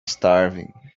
starving